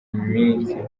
minsi